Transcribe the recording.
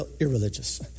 irreligious